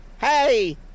Hey